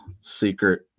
secret